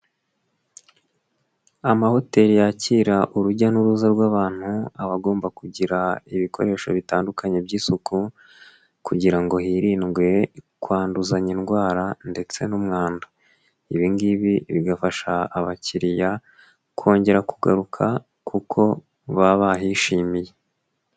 Amahoteli yakira urujya n'uruza rw'abantu aba agomba kugira ibikoresho bitandukanye by'isuku kugira ngo hirindwe kwanduzanya indwara ndetse n'umwanda, ibi ngibi bigafasha abakiriya kongera kugaruka kuko baba bahishimiye.